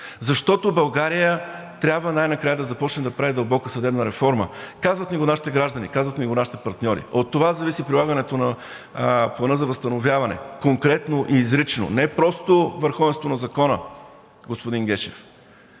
Защото България трябва най-накрая да започне да прави дълбока съдебна реформа. Казват ни го нашите граждани, казват ни го нашите партньори. От това зависи прилагането на Плана за възстановяване – конкретно, изрично, не просто върховенството на закона, господин Гешев.